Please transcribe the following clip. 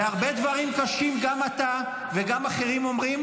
והרבה דברים קשים גם אתה וגם אחרים אומרים,